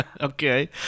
Okay